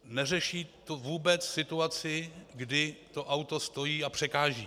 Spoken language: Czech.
Neřeší to vůbec situaci, kdy to auto stojí a překáží.